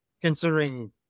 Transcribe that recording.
considering